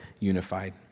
unified